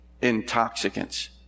intoxicants